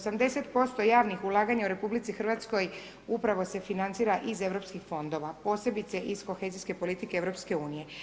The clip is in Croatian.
80% javnih ulaganja u RH upravo se financira iz europskih fondova, posebice iz kohezijske politike EU.